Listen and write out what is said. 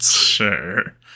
Sure